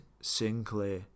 Sinclair